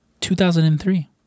2003